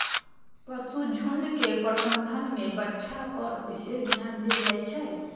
पशुझुण्ड के प्रबंधन में बछा पर विशेष ध्यान देल जाइ छइ